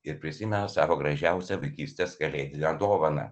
ir prisimena savo gražiausią vaikystės kalėdinę dovaną